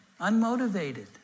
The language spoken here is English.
unmotivated